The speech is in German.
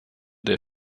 der